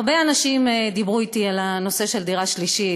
הרבה אנשים דיברו אתי על הנושא של מיסוי דירה שלישית.